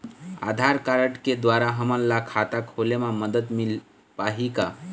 आधार card के द्वारा हमन ला खाता खोले म मदद मिल पाही का?